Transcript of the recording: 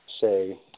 say